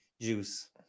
juice